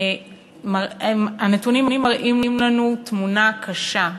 מראים לנו תמונה קשה,